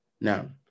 Now